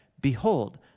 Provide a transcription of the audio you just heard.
Behold